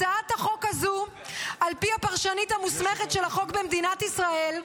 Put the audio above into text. הצעת החוק הזו על פי הפרשנית המוסמכת של החוק במדינת ישראל,